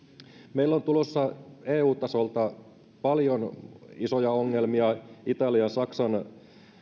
meille on tulossa eu tasolta paljon isoja ongelmia italian ja saksan